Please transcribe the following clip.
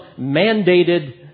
mandated